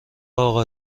اقا